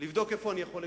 לבדוק איפה אני יכול לקצץ,